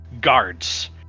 guards